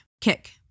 Kick